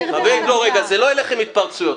חברים, רגע, זה לא יילך עם התפרצויות.